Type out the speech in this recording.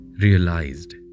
realized